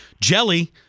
Jelly